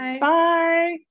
Bye